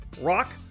Rock